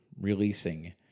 releasing